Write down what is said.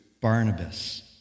Barnabas